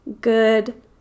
good